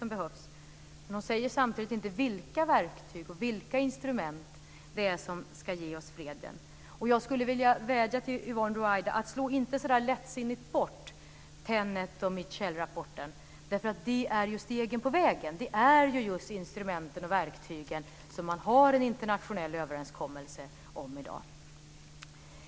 Men hon säger samtidigt inte vilka verktyg och vilka instrument det är som ska ge oss freden. Jag skulle vilja vädja till Yvonne Ruwaida att hon inte så där lättsinnigt ska slå bort Tenet och Mitchell-rapporten, därför att de är stegen på vägen, de är just instrumenten och verktygen som man har en internationell överenskommelse om i dag.